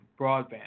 broadband